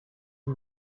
you